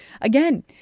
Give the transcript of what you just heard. Again